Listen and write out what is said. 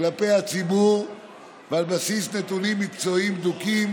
כלפי הציבור ועל בסיס נתונים מקצועיים בדוקים,